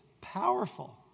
powerful